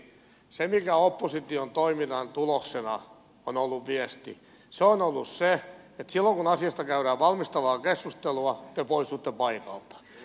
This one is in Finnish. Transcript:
se mikä opposition toiminnan tuloksena on ollut viesti on ollut se että silloin kun asiasta käydään valmistavaa keskustelua te poistutte paikalta